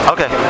Okay